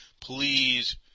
please